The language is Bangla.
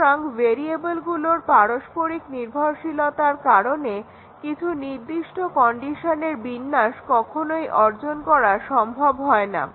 সুতরাং ভেরিয়েবলগুলোর পারস্পরিক নির্ভরশীলতার কারণে কিছু নির্দিষ্ট কন্ডিশনের বিন্যাস কখনোই অর্জন করা সম্ভব হবে না